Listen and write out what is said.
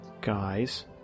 Guys